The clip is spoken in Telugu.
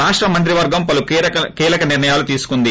రాష్ట మంత్రివర్గం పలు కీలక నిర్ణయాలు తీసుకుంది